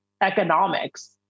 economics